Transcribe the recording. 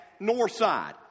Northside